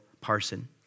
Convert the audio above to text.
parson